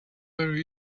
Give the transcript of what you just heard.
very